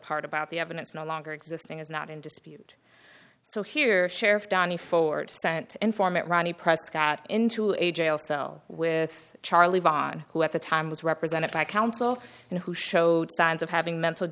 part about the evidence no longer existing is not in dispute so here sheriff donnie forward sent informant ronnie prescott into a jail cell with charlie vonn who at the time was represented by counsel and who showed signs of having mental